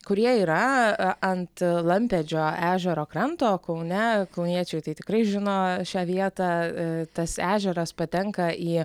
kurie yra ant lampėdžio ežero kranto kaune kauniečiai tai tikrai žino šią vietą tas ežeras patenka į